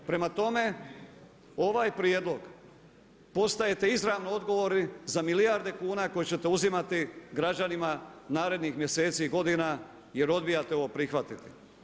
Prema tome ovaj prijedlog, postajete izravno odgovorni za milijarde kuna koje ćete uzimati građanima narednih mjeseca i godina jer odbijate ovo prihvatiti.